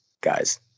Guys